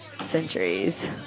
centuries